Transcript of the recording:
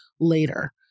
later